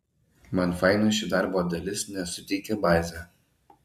man faina ši darbo dalis nes suteikia bazę